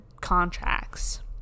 contracts